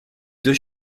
deux